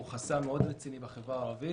הוא חסם מאוד רציני בחברה הערבית.